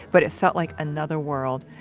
but it felt like another world.